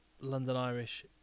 London-Irish